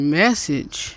message